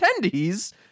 attendees